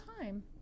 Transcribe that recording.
time